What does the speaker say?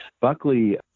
Buckley